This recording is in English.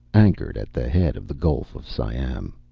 anchored at the head of the gulf of siam.